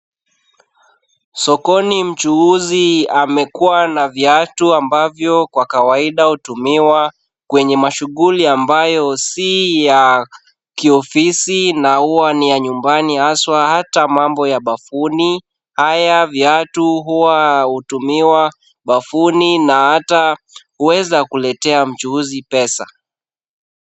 Sokoni mchuuzi amekuwa na viatu ambavyo kwa kawaida hutumiwa kwenye mashughuli ambayo si ya kiofisi na huwa ni ya nyumbani haswa hata mambo ya bafuni. Haya viatu huwa hutumiwa bafuni na hata huweza kuletea mchuuzi pesa.